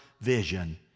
vision